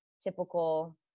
typical